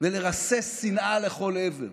ולרסס שנאה לכל עבר.